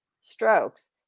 strokes